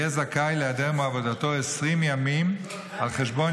יהיה זכאי להיעדר מעבודתו 20 ימים על חשבון